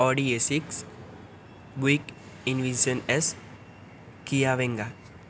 Audi A six Buick Envision S Kia વેગા